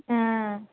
ஆ